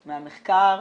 מהמחקר,